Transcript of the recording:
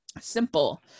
simple